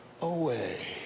away